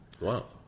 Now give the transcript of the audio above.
Wow